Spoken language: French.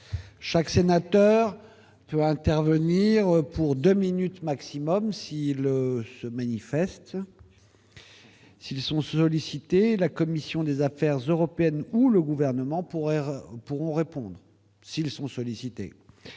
Chaque sénateur peut intervenir pour 2 minutes maximum s'il se manifeste, s'ils sont sollicités, la commission des affaires européennes ou le gouvernement pour rire pourront répondre, s'ils sont sollicités,